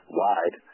wide